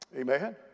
Amen